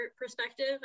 perspective